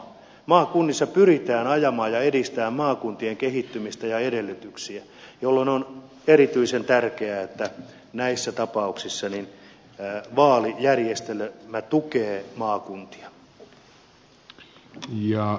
maakunnissa pyritään ajamaan ja edistämään maakuntien kehittymistä ja edellytyksiä jolloin on erityisen tärkeää että näissä tapauksissa vaalijärjestelmä tukee maakuntia